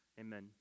Amen